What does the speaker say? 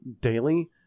daily